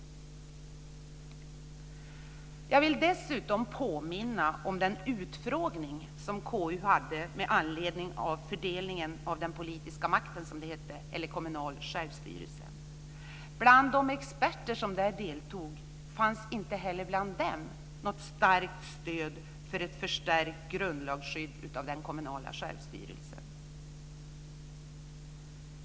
Jag vill dessutom påminna om den utfrågning som KU hade om fördelningen av den politiska makten, som det hette, eller kommunal självstyrelse. Bland de experter som deltog fanns det inte heller något starkt stöd för ett förstärkt grundlagsskydd av den kommunala självstyrelsen.